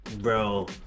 Bro